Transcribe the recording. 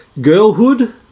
Girlhood